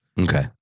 okay